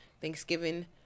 Thanksgiving